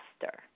faster